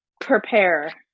prepare